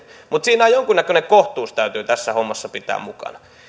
mutta jonkunnäköinen kohtuus täytyy tässä hommassa pitää mukana